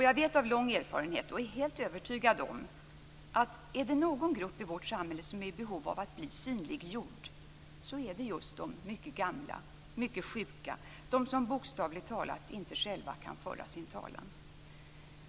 Jag vet av lång erfarenhet och är helt övertygad om att om det är någon grupp i vårt samhälle som är i behov av att bli synliggjord, så är det just de mycket gamla och mycket sjuka - de som bokstavligt talat inte själva kan föra sin talan.